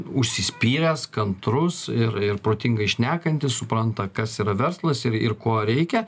užsispyręs kantrus ir ir protingai šnekantis supranta kas yra verslas ir ir ko reikia